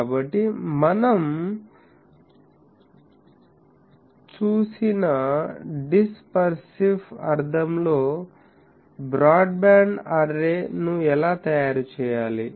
కాబట్టి మనం చూసిన డిస్పర్సివ్ అర్థంలో బ్రాడ్బ్యాండ్ అర్రే ను ఎలా తయారు చేయాలి